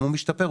הוא משתפר,